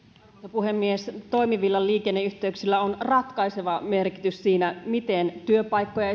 puhemies toimivilla liikenneyhteyksillä on ratkaiseva merkitys siinä miten esimerkiksi työpaikkoja